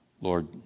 Lord